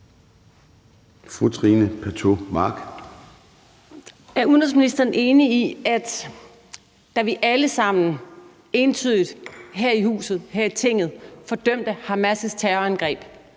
Er udenrigsministeren enig i, at da vi alle sammen entydigt her i huset, her i Tinget, fordømte Hamas' terrorangreb,